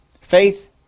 Faith